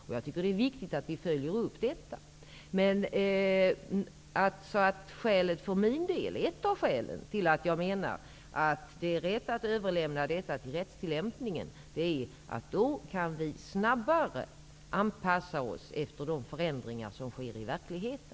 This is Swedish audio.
Jag tycker att det är viktigt att vi följer upp detta. Ett av skälen till att jag menar att det är rätt att överlämna detta till rättstillämpningen är att vi då snabbare kan anpassa oss efter de förändringar som sker i verkligheten.